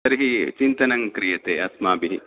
तर्हि चिन्तनं क्रीयते अस्माभिः